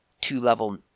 two-level